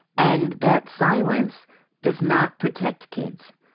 and that silence does not protect kids.